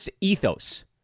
Ethos